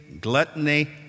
gluttony